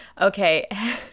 Okay